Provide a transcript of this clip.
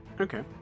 Okay